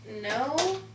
no